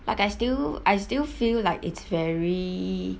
but I still I still feel like it's very